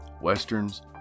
westerns